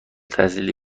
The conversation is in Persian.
تحصیلی